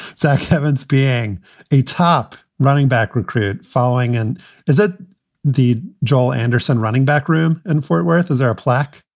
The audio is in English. zach, heavens being a top running back recruit following. and is that the joel anderson running back room in fort worth? is there a plaque?